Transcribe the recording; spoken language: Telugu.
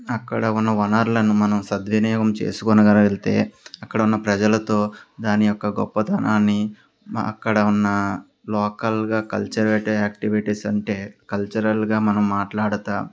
అక్కడ ఉన్న వనరులను మనం సద్వినియోగం చేసుకోగలిగితే అక్కడ ఉన్న ప్రజలతో దాని యొక్క గొప్పతనాన్ని అక్కడ ఉన్న లోకల్గా కల్చరల్ యాక్టివిటీస్ అంటే కల్చరల్గా మనం మాట్లాడతూ